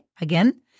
again